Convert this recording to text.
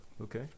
Okay